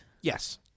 Yes